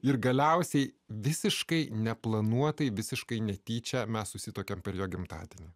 ir galiausiai visiškai neplanuotai visiškai netyčia mes susituokėme per jo gimtadienį